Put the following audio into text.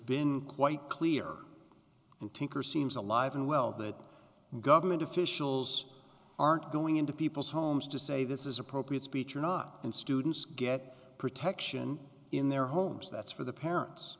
been quite clear and thinker seems alive and well that government officials aren't going into people's homes to say this is appropriate speech or not and students get protection in their homes that's for the parents